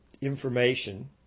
information